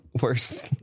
Worse